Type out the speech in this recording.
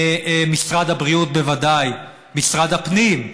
למשרד הבריאות, בוודאי, למשרד הפנים.